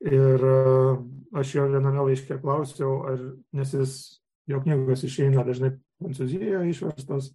ir aš jo viename laiške klausiau ar nes jis jo knygos išeina dažnai prancūzijoj išverstos